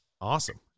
Awesome